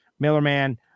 Millerman